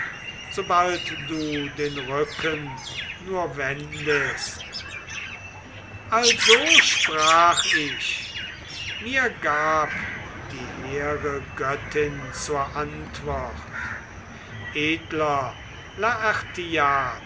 sobald du den rücken nur wendest also sprach ich mir gab die hehre göttin zur antwort edler